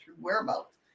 whereabouts